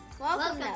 Welcome